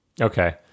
Okay